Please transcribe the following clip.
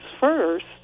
first